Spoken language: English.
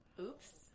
Oops